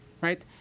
right